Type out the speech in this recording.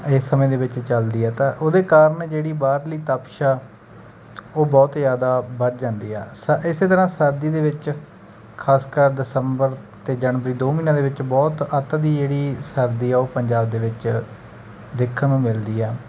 ਇਸ ਸਮੇਂ ਦੇ ਵਿੱਚ ਚਲਦੀ ਹੈ ਤਾਂ ਉਹਦੇ ਕਾਰਨ ਜਿਹੜੀ ਬਾਹਰਲੀ ਤਪਸ਼ ਹੈ ਉਹ ਬਹੁਤ ਜ਼ਿਆਦਾ ਵੱਧ ਜਾਂਦੀ ਹੈ ਸ ਇਸ ਤਰ੍ਹਾਂ ਸਰਦੀ ਦੇ ਵਿੱਚ ਖਾਸਕਰ ਦਸੰਬਰ ਅਤੇ ਜਨਵਰੀ ਦੋ ਮਹੀਨਿਆਂ ਦੇ ਵਿੱਚ ਬਹੁਤ ਅੱਤ ਦੀ ਜਿਹੜੀ ਸਰਦੀ ਆ ਉਹ ਪੰਜਾਬ ਦੇ ਵਿੱਚ ਦੇਖਣ ਨੂੰ ਮਿਲਦੀ ਹੈ